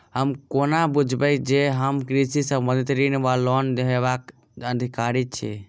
हम कोना बुझबै जे हम कृषि संबंधित ऋण वा लोन लेबाक अधिकारी छी?